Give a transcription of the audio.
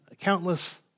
countless